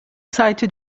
site